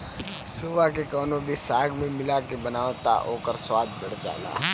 सोआ के कवनो भी साग में मिला के बनाव तअ ओकर स्वाद बढ़ जाला